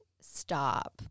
stop